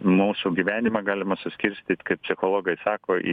nu mūsų gyvenimą galima suskirstyt kaip psichologai sako